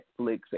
Netflix